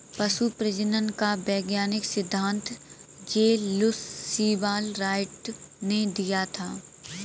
पशु प्रजनन का वैज्ञानिक सिद्धांत जे लुश सीवाल राइट ने दिया था